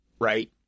right